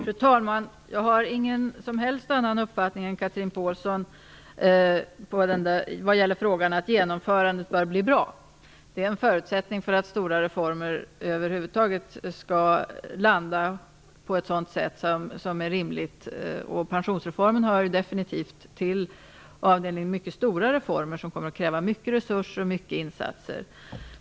Fru talman! Jag har ingen som helst annan uppfattning än Chatrine Pålsson vad gäller frågan om att genomförandet bör bli bra. Det är en förutsättning för att stora reformer över huvud taget skall landa på ett rimligt sätt, och pensionsreformen hör definitivt till avdelningen mycket stora reformer som kommer att kräva mycket resurser och mycket insatser.